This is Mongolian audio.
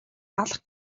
алах